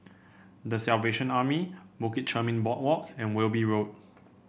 The Salvation Army Bukit Chermin Boardwalk and Wilby Road